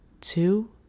Two